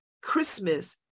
Christmas